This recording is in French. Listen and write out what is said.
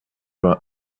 vingt